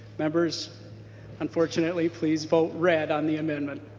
members unfortunately please vote read on the amendment.